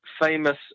famous